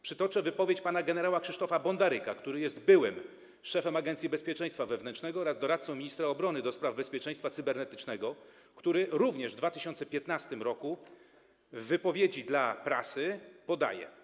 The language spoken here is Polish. Przytoczę wypowiedź pana gen. Krzysztofa Bondaryka, który jest byłym szefem Agencji Bezpieczeństwa Wewnętrznego oraz doradcą ministra obrony ds. bezpieczeństwa cybernetycznego, który również w 2015 r. w wypowiedzi dla prasy podaje: